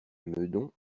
meudon